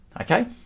okay